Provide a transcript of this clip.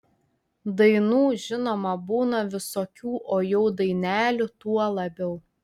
dainų žinoma būna visokių o jau dainelių tuo labiau